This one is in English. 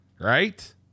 right